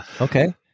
okay